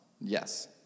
Yes